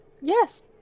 Yes